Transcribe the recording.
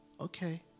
okay